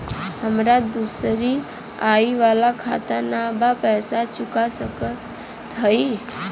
हमारी दूसरी आई वाला खाता ना बा पैसा चुका सकत हई?